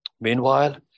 Meanwhile